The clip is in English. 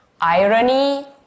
irony